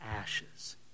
ashes